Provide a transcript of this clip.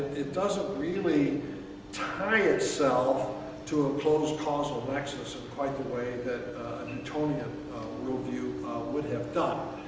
it doesn't really tie itself to a closed causal nexus in quite the way that a newtonian worldview would have done.